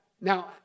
Now